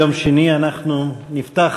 אילן גילאון וסתיו שפיר,